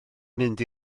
mynd